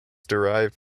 derived